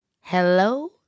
Hello